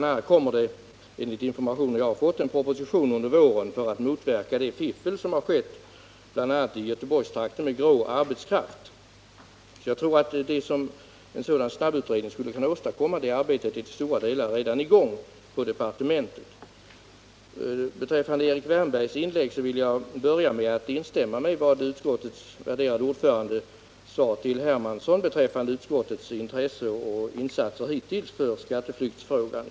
a. kommer det enligt informationer jag har fått en proposition under våren med förslag om åtgärder för att motverka det fiffel som har skett, bl.a. i Göteborgstrakten med grå arbetskraft. Jag tror att det arbete som en sådan snabbutredning skulle kunna åstadkomma till stora delar är i gång på departementet. Beträffande Erik Wärnbergs inlägg vill jag börja med att instämma i vad utskottets värderade ordförande sade till Carl-Henrik Hermansson om utskottets intresse och insatser hittills i skatteflyktsfrågan.